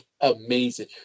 amazing